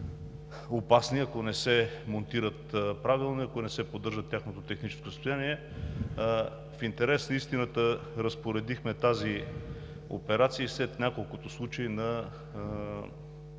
опасни, ако не се монтират правилно и ако не се поддържа тяхното техническо състояние. В интерес на истината разпоредихме тази операция и след няколкото случая на